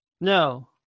No